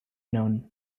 known